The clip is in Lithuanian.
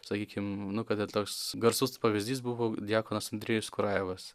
sakykim nu kad ir toks garsus pavyzdys buvo diakonas andrėjus kurajevas